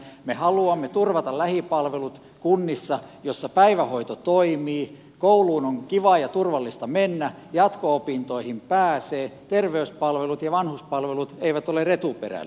me haluamme turvata lähipalvelut kunnissa joissa päivähoito toimii kouluun on kiva ja turvallista mennä jatko opintoihin pääsee terveyspalvelut ja vanhuspalvelut eivät ole retuperällä